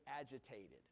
agitated